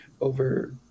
over